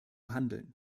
handeln